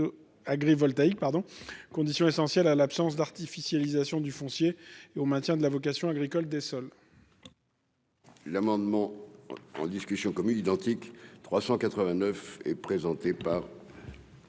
voltaïque, pardon, condition essentielle à l'absence d'artificialisation du foncier et au maintien de la vocation agricole des sols. L'amendement en discussion commune identique 389 et présentée par.